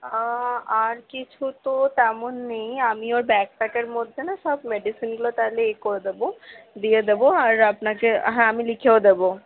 আর কিছু তো তেমন নেই আমি ওর ব্যাগপ্যাকের মধ্যে না সব মেডিসিনগুলো তাহলে ইয়ে করে দেব দিয়ে দেব আর আপনাকে হ্যাঁ আমি লিখেও দেব